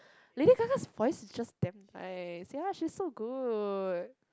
Lady Gaga's voice is just damn nice ya she's so good